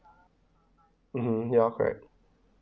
mmhmm ya correct